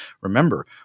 Remember